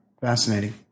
fascinating